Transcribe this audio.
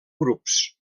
grups